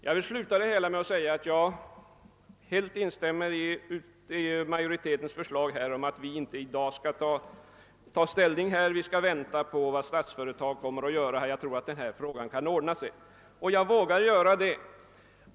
Jag vill alltså helt instämma i utskottsmajoritetens förslag att vi i dag inte bör ta ställning, utan vänta på vad Statsföretag kommer att göra. Jag tror att frågan kommer att lösas.